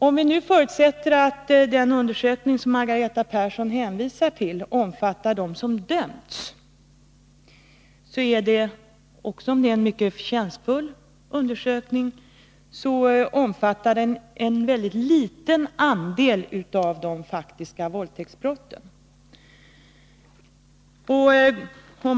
Om vi nu förutsätter att den undersökning som Margareta Persson hänvisade till omfattar dem som dömts är undersökningen, även om den är mycket förtjänstfull, begränsad till en väldigt liten andel av de faktiska våldtäktsbrotten.